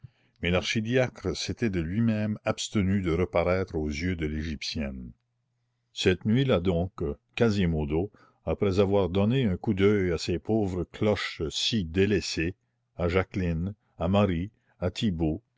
mais l'archidiacre s'était de lui-même abstenu de reparaître aux yeux de l'égyptienne cette nuit-là donc quasimodo après avoir donné un coup d'oeil à ses pauvres cloches si délaissées à jacqueline à marie à thibauld